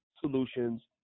solutions